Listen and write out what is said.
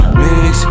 mix